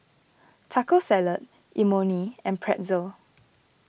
Taco Salad Imoni and Pretzel